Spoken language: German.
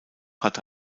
hatte